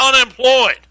unemployed